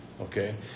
okay